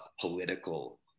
political